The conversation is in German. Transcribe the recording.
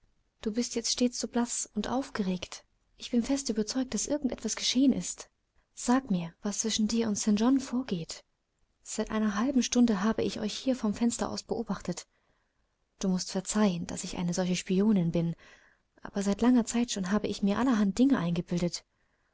du bist jetzt stets so blaß und aufgeregt ich bin fest überzeugt daß irgend etwas geschehen ist sag mir was zwischen dir und st john vorgeht seit einer halben stunde habe ich euch hier vom fenster aus beobachtet du mußt verzeihen daß ich eine solche spionin bin aber seit langer zeit schon habe ich mir allerhand dinge eingebildet